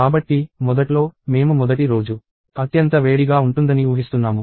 కాబట్టి మొదట్లో మేము 0th రోజు అత్యంత వేడిగా ఉంటుందని ఊహిస్తున్నాము